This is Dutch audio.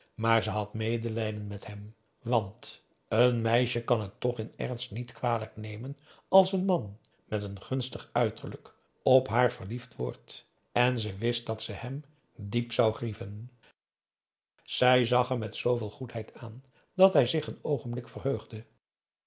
maar ze had medelijden met hem want een meisje kan het toch in ernst niet kwalijk nemen als n man met n gunstig uiterlijk op haar verliefd wordt en ze wist dat ze hem diep zou grieven zij zag hem met zooveel goedheid aan dat hij zich een oogenblik verheugde